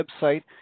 website